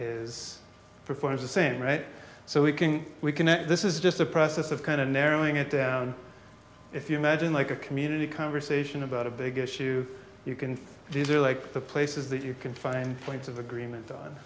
performs the same right so we can we connect this is just a process of kind of narrowing it down if you imagine like a community conversation about a big issue you can do like the places that you can find points of agreement on